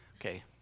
Okay